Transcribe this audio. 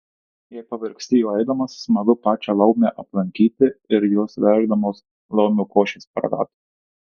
jei pavargsti juo eidamas smagu pačią laumę aplankyti ir jos verdamos laumių košės paragauti